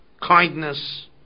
kindness